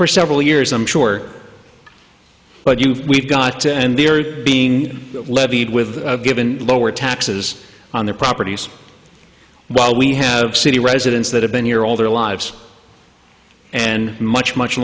for several years i'm sure but you we've got to and they're being levied with given lower taxes on their properties while we have city residents that have been here all their lives and much much